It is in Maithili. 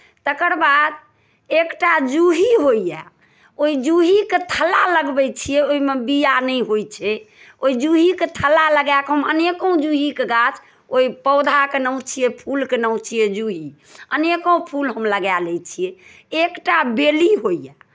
तकर बाद एकटा जूही होइए ओहि जूहीके थल्ला लगबै छियै ओहिमे बीआ नहि होइ छै ओ जूहीके थल्ला लगा कऽ हम अनेको जूहीके गाछ ओहि पौधाके नाम छियै फूलके नाम छियै जूही अनेको फूल हम लगा लै छियै एकटा बेली होइए